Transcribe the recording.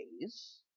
days